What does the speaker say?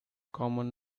common